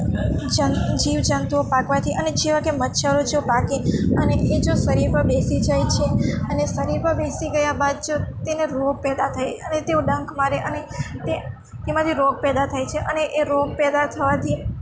જન જીવજંતુઓ પાકવાથી અને જેવાં કે મચ્છરો છે પાકે અને એ જો એ શરીરમાં બેસી જાય છે અને શરીરમાં બેસી ગયા બાદ જો તેનો રોગ પેદા થાય અને તેઓ ડંખ મારે અને તેમાંથી રોગ પેદા થાય છે અને એ રોગ પેદા થવાથી